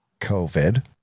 COVID